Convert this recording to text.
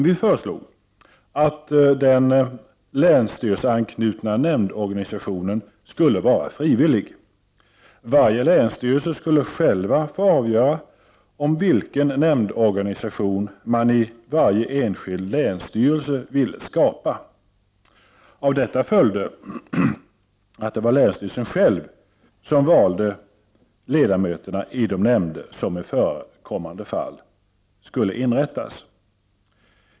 Vi föreslog att den länsstyrelseanknutna nämndorganisationen skulle vara frivillig. Varje länsstyrelse skulle själv få avgöra vilken nämndorganisation man i varje enskild länsstyrelse ville skapa. Av detta följde att det var länsstyrelsen själv som skulle välja ledamöterna i de nämnder som i förekommande fall skulle inrättas.